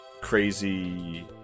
crazy